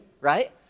right